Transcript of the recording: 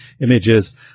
images